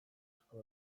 asko